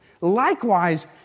Likewise